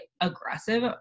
aggressive